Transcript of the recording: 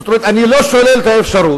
זאת אומרת: אני לא שולל את האפשרות,